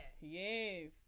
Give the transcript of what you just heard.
yes